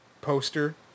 Poster